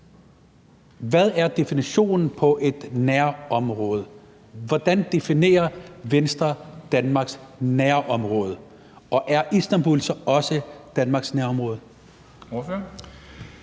Hvad er definitionen på et nærområde? Hvordan definerer Venstre Danmarks nærområde, og er Istanbul så også Danmarks nærområde?